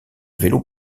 vélos